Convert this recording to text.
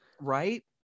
Right